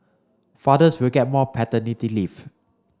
fathers will get more paternity leave